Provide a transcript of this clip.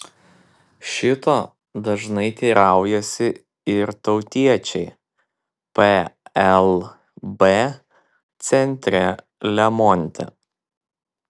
šito dažnai teiraujasi ir tautiečiai plb centre lemonte